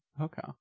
Okay